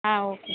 ஆ ஓகேங்க